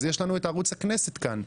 אז יש לנו את ערוץ הכנסת כאן.